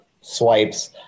swipes